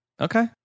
Okay